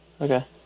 Okay